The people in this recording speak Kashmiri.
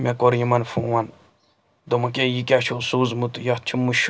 مےٚ کوٚر یِمَن فون دوٚپمَکھ کہِ یہِ کیٛاہ چھُ سوٗزمُت یَتھ چھُ مُشُک